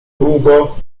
długo